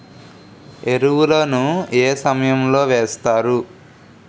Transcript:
ఎరువుల ను ఏ సమయం లో వేస్తారు?